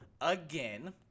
again